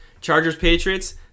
Chargers-Patriots